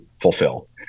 fulfill